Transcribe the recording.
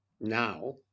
now